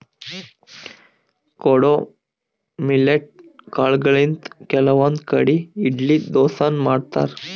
ಕೊಡೊ ಮಿಲ್ಲೆಟ್ ಕಾಲ್ಗೊಳಿಂತ್ ಕೆಲವಂದ್ ಕಡಿ ಇಡ್ಲಿ ದೋಸಾನು ಮಾಡ್ತಾರ್